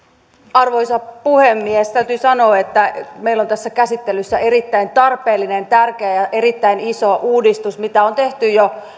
arvoisa puhemies täytyy sanoa että meillä on tässä käsittelyssä erittäin tarpeellinen tärkeä ja erittäin iso uudistus mitä on tehty jo